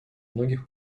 многих